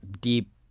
deep